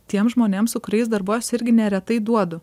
tiem žmonėm su kuriais darbuojuos irgi neretai duodu